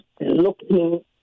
looking